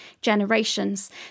generations